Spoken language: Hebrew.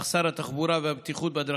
אך שר התחבורה והבטיחות בדרכים,